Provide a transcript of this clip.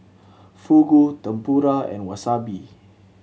Fugu Tempura and Wasabi